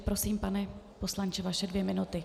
Prosím, pane poslanče, vaše dvě minuty.